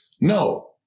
no